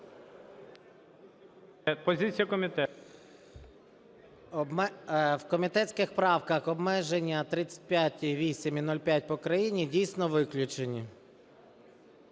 В комітетських правках обмеження 35 і 8, і 0,5 по країні, дійсно, виключені.